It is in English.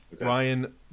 Ryan